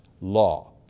law